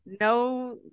No